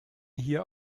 hier